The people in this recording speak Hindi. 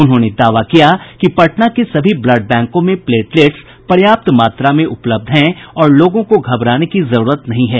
उन्होंने दावा किया कि पटना के सभी ब्लड बैंकों में प्लेटलेट्स पर्याप्त मात्रा में उपलब्ध है और लोगों को घबराने की जरूरत नहीं है